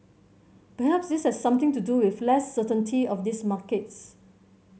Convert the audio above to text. perhaps this has something to do with less certainty of these markets